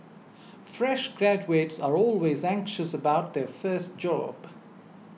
fresh graduates are always anxious about their first job